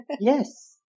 yes